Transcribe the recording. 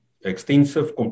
extensive